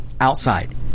Outside